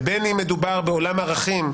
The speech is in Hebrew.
ובין אם מדובר בעולם ערכים,